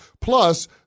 Plus